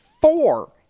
four